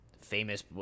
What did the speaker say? Famous